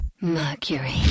Mercury